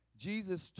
Jesus